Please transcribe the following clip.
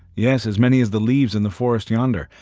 yes as many as the leaves in the forest yonder,